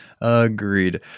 Agreed